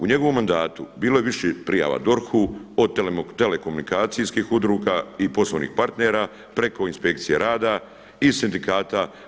U njegovom mandatu bilo je više prijava DORH-u od telekomunikacijskih udruga i poslovnih partnera preko inspekcije rada i sindikata.